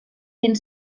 fent